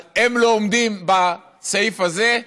הם לא עומדים בסעיף הזה.